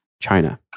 China